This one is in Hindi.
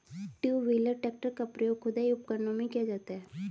टू व्हीलर ट्रेक्टर का प्रयोग खुदाई उपकरणों में किया जाता हैं